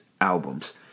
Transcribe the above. albums